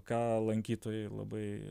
ką lankytojai labai